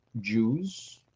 Jews